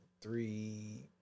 Three